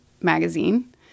magazine